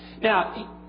Now